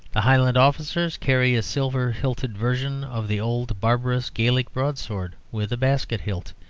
the highland officers carry a silver-hilted version of the old barbarous gaelic broadsword with a basket-hilt,